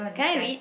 can I read